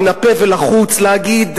מן הפה ולחוץ להגיד,